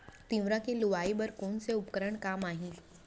तिंवरा के लुआई बर कोन से उपकरण काम आही?